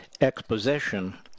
exposition